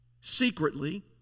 secretly